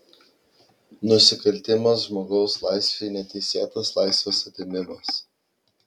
nusikaltimas žmogaus laisvei neteisėtas laisvės atėmimas